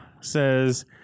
says